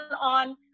on